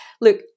look